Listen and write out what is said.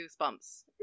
goosebumps